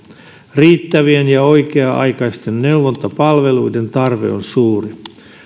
riittävien ja oikea aikaisten neuvontapalveluiden tarve on suuri